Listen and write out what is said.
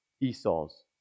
Esau's